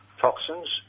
toxins